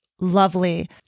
lovely